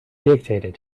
dictated